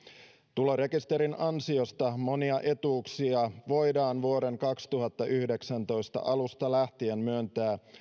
tulorekisterin ansiosta monia etuuksia voidaan vuoden kaksituhattayhdeksäntoista alusta lähtien myöntää